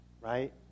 Right